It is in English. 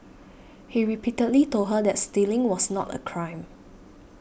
he repeatedly told her that stealing was not a crime